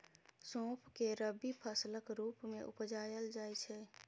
सौंफ केँ रबी फसलक रुप मे उपजाएल जाइ छै